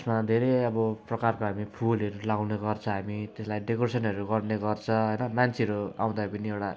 त्यसमा धेरै अब प्रकारको हामी फुलहरू लगाउने गर्छ हामी त्यसलाई डेकोरेसनहरू गर्ने गर्छ मान्छेहरू आउँदा पनि एउटा